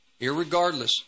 Irregardless